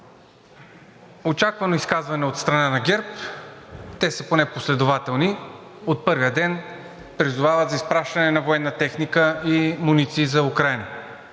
очаквано изказване от страна на ГЕРБ. Те са поне последователни – от първия ден призовават за изпращане на военна техника и муниции за Украйна.